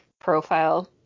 profile